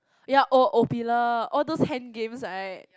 ya oh oh pillar all those hand games right